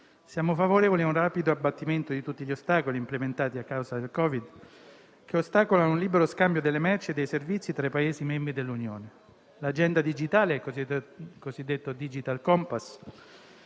siamo favorevoli a un rapido abbattimento di tutti gli ostacoli, implementati a causa del Covid-19, che ostacolano il libero scambio delle merci e dei servizi tra i Paesi membri dell'Unione. L'agenda digitale, il cosiddetto Digital compass,